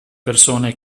persone